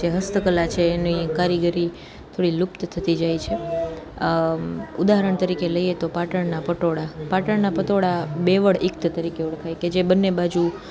જે હસ્તકલા છે એની કારીગરી થોડી લુપ્ત થતી જાય છે ઉદાહરણ તરીકે લઈએ તો પાટણના પટોળાં પાટણના પટોળાં બેવડ ઇકત તરીકે ઓળખાય કે જે બને બાજુ